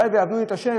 בוודאי יעבדו את ה',